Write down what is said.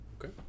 Okay